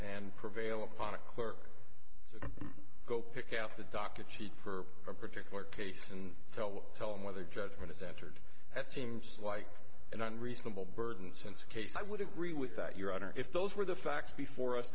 and prevail upon it clerk go pick out the docket sheet for a particular case and tell tell him whether judgment is entered that seems like an unreasonable burden since case i would agree with that your honor if those were the facts before us